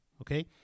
okay